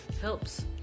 Helps